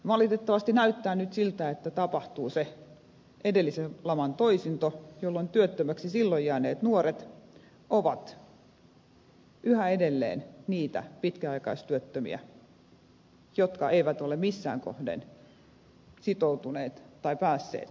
valitettavasti näyttää nyt siltä että tapahtuu se edellisen laman toisinto jolloin työttömäksi silloin jääneet nuoret ovat yhä edelleen niitä pitkäaikaistyöttömiä jotka eivät ole missään kohden sitoutuneet tai päässeet työelämään kiinni